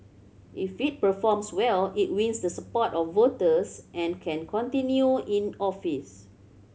if it performs well it wins the support of voters and can continue in office